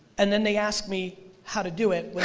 and then they ask me how to do it,